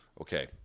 Okay